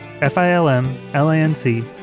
F-I-L-M-L-A-N-C